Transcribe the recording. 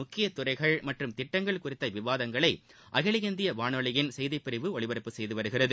முக்கியத்துறைகள் அரசின் மற்றும் திட்டங்கள் குறித்த மத்திய விவாதங்களை அகில இந்திய வானொலியின் செய்திப்பிரிவு ஒலிபரப்பு செய்துவருகிறது